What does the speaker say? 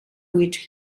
which